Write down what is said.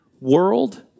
world